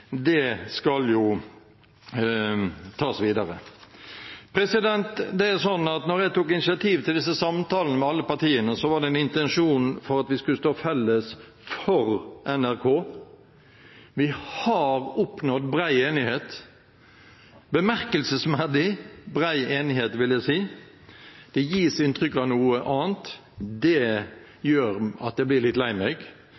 det skal jo tas videre. Da jeg tok initiativ til disse samtalene med alle partiene, var intensjonen at vi skulle stå felles for NRK. Vi har oppnådd bred enighet – bemerkelsesverdig bred enighet, vil jeg si. Det gis inntrykk av noe annet.